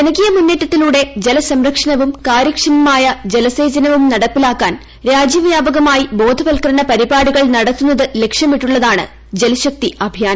ജനകീയ മുന്നേറ്റത്തിലൂടെ ജലസംരക്ഷണവും കാര്യക്ഷമമായ ജലസേചനവും നടപ്പിലാക്കാൻ രാജ്യവ്യാപകമായി ബോധവത്കരണ പരിപാടികൾ നടത്തുന്നത് ലക്ഷ്യമിട്ടുള്ളതാണ് ജൽശക്തി അഭിയാൻ